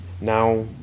now